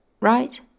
right